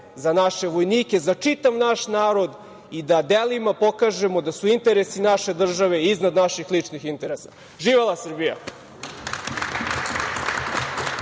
za naše vojnike, za čitav naš narod i da delima pokažemo da su interesi naše države iznad naših ličnih interesa. Živela Srbija!